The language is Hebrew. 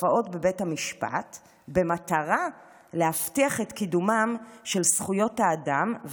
להופעות בבית המשפט במטרה להבטיח את קידומם של זכויות האדם,